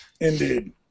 Indeed